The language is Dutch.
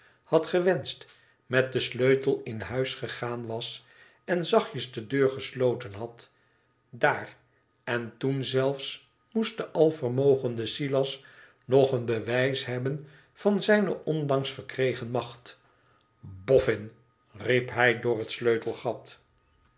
had gewenscht met den sleutel in huis gegaan was en zachtjes de deur gesloten had dr en toen zelfs moest de alvermogende silas nog een bewijs hebben van zijne onlangs verkregen macht boffin riep hij door het sleutelgat